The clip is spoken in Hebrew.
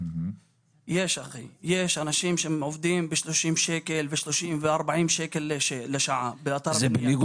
יש אנשים שעובדים ב-30 שקל וב-40 שקל לשעה באתר הבנייה.